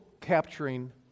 capturing